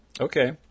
Okay